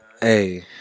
Hey